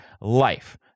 life